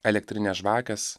elektrinės žvakės